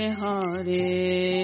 Hare